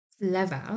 level